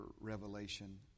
revelation